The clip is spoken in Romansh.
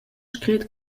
scret